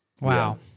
Wow